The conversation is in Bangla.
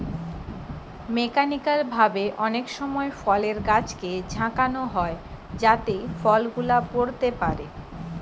মেকানিক্যাল ভাবে অনেক সময় ফলের গাছকে ঝাঁকানো হয় যাতে ফল গুলা পড়তে পারে